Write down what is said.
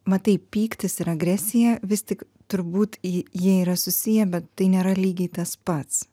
matai pyktis ir agresija vis tik turbūt j jie yra susiję bet tai nėra lygiai tas pats